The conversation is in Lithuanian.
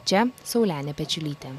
čia saulenė pečiulytė